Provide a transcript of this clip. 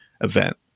event